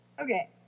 okay